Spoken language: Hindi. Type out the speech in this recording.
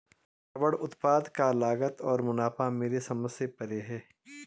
रबर उत्पाद का लागत और मुनाफा मेरे समझ से परे है